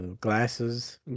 Glasses